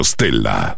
Stella